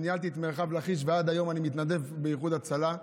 ניהלתי את מרחב לכיש ועד היום אני מתנדב באיחוד הצלה,